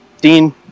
Dean